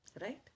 right